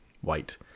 white